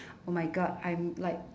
oh my god I'm like